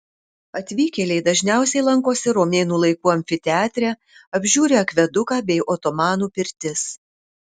atvykėliai dažniausiai lankosi romėnų laikų amfiteatre apžiūri akveduką bei otomanų pirtis